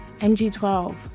MG12